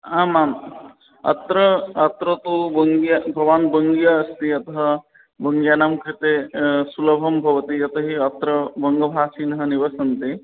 आम् आम् अत्र अत्र तु बोङ्गीय भवान् बङ्गीयः अस्ति अतः बङ्गीयानां कृते सुलभं भवति यतोऽहि अत्र बङ्गभाषिणः निवसन्ति